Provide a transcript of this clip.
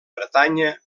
bretanya